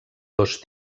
dos